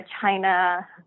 China